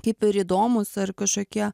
kaip ir įdomūs ar kašokie